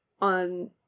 on